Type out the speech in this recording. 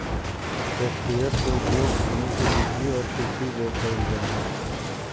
hectare के उपयोग भूमि के बिक्री और कृषि ले कइल जाय हइ